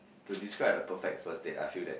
to describe the perfect first date I feel that